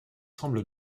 semble